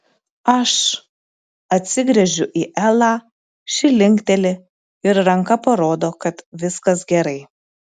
aš atsigręžiu į elą ši linkteli ir ranka parodo kad viskas gerai